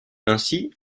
ainsi